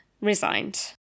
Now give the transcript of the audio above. resigned